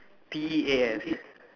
P E A S